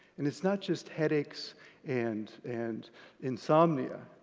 and it's not just headaches and and insomnia,